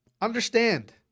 Understand